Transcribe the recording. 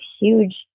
huge